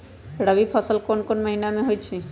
रबी फसल कोंन कोंन महिना में होइ छइ?